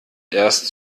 erst